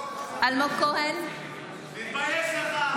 (קוראת בשם חבר הכנסת) אלמוג כהן, נגד תתבייש לך.